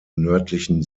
nördlichen